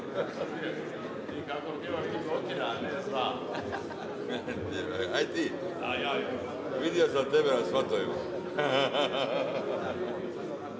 Hvala